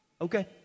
Okay